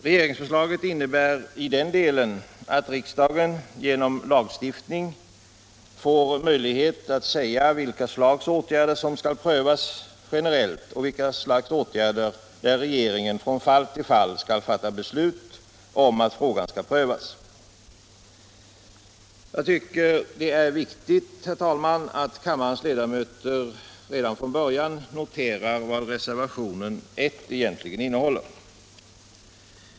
Regeringsförslaget innebär i den delen att riksdagen genom lagstiftning får möjlighet att säga vilka slags åtgärder som skall prövas generellt och vilka slags åtgärder där regeringen från fall till fall skall fatta beslut om att frågan skall prövas. Jag tycker det är viktigt att kammarens ledamöter redan från början noterar vad reservationen 1 egentligen gäller.